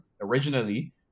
originally